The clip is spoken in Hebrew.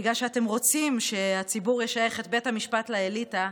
בגלל שאתם רוצים שהציבור ישייך את בית המשפט לאליטה,